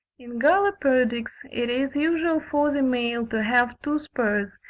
in galloperdix it is usual for the males to have two spurs,